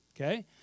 Okay